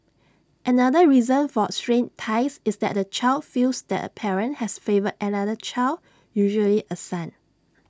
another reason for strained ties is that the child feels the parent has favoured another child usually A son